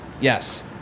Yes